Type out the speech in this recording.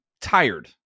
tired